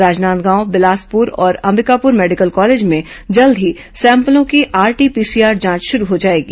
राजनांदगांव बिलासपुर और Ambikapur medical college में जल्द ही सैंपलों की आरटी पीसीआर जांच शुरू हो जाएगी